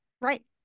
right